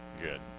Good